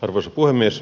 arvoisa puhemies